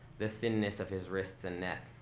the thinness of his wrists and neck,